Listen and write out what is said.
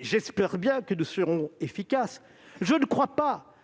J'espère bien que nous serons efficaces. Je ne crois pas